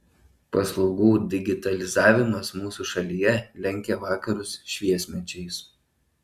paslaugų digitalizavimas mūsų šalyje lenkia vakarus šviesmečiais